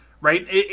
right